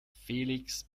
felix